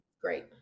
great